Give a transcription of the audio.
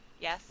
Yes